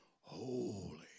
Holy